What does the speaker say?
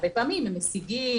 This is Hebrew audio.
הרבה פעמים הם משיגים,